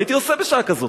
מה הייתי עושה בשעה כזאת?